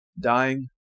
dying